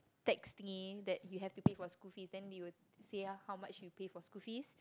tax thingy that you have to pay for school fee then they will say ah how much you pay for school fee